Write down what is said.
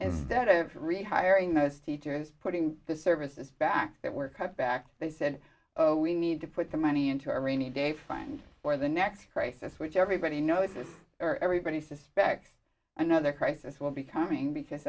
instead of rehiring those teachers putting the services back that were cut back they said of we need to put the money into a rainy day fund for the next crisis which everybody notices or everybody suspects another crisis will be coming because